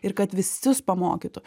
ir kad visus pamokytų